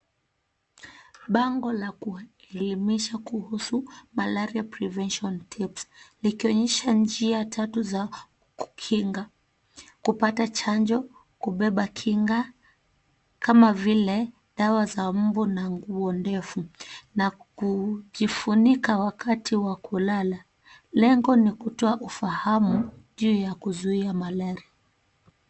Bango la kuelimisha kuhusu malaria prevention tips likionyesha njia tatu za kukinga; kupata chanjo, kubeba kinga kama vile dawa za mbu na nguo ndefu, na kujifunika wakati wa kulala. Lengo ni kutoa ufahamu juu ya kuzuia malaria.